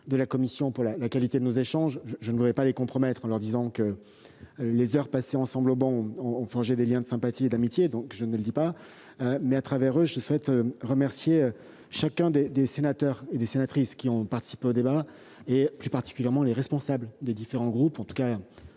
de la commission des finances de la qualité de nos échanges. Je ne voudrais pas les compromettre en disant que les heures passées ensemble au banc ont forgé des liens de sympathie et d'amitié, je ne le dirai donc pas ... À travers eux, je souhaite remercier les sénatrices et les sénateurs qui ont participé au débat, plus particulièrement les responsables des différents groupes, en tout cas